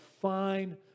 fine